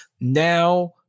Now